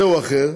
זה או אחר,